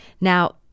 Now